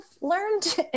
learned